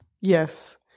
yes